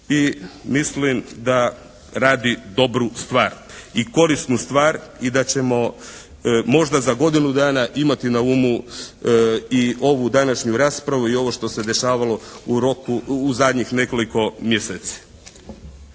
i mislim da radi dobru stvar i korisnu stvar i da ćemo možda za godinu dana imati na umu i ovu današnju raspravu i ovo što se dešavalo u roku, u zadnjih nekoliko mjeseci.